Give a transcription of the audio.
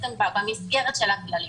במסגרת של הכללים.